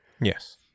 Yes